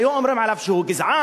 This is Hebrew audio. היו אומרים עליו שהוא גזען,